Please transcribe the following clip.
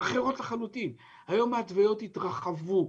אחרות לחלוטין, היום ההתוויות התרחבו,